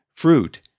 Fruit